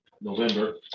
November